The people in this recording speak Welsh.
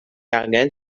angen